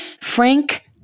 Frank